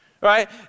right